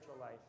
life